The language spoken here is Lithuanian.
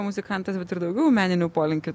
muzikantas bet ir daugiau meninių polinkių